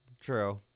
True